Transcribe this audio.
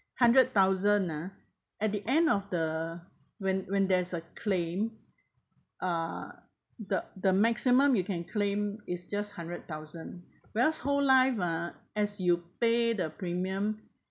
hundred thousand ah at the end of the when when there is a claim ah the the maximum you can claim is just hundred thousand whereas whole life ah as you pay the premium